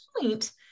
point